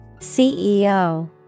CEO